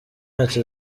yacu